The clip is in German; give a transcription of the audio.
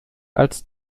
als